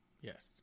Yes